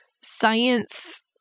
science